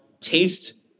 taste